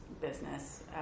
business